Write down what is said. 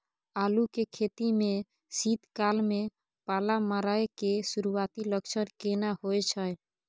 आलू के खेती में शीत काल में पाला मारै के सुरूआती लक्षण केना होय छै?